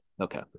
Okay